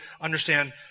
understand